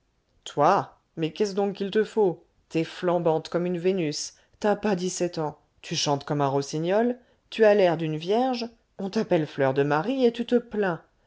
toi mais qu'est-ce donc qu'il te faut t'es flambante comme une vénus t'as pas dix-sept ans tu chantes comme un rossignol tu as l'air d'une vierge on t'appelle fleur de marie et tu te plains